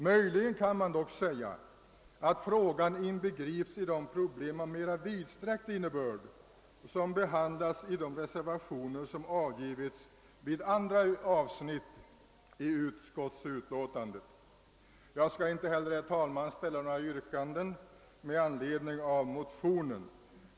Möjligen kan man dock säga att frågan inbegrips i de problem av mer vidsträckt innebörd som behandlas i de reservationer, som avgivits vid andra avsnitt i utlåtandet. Jag skall inte heller ställa något yrkande med anledning av motionen.